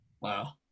Wow